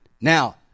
Now